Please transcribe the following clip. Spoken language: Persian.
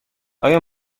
آیا